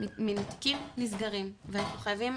מן התיקים נסגרים ואנחנו חייבים